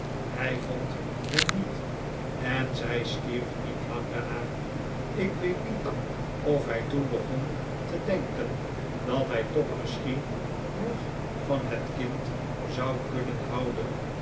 hij vond hen niet en zij stierf niet lang daarna ik weet niet of hij toen begon te denken dat hij toch misschien nog van het kind zou kunnen houden